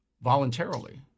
voluntarily